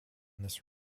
this